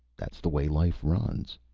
that's the way life runs.